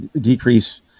decrease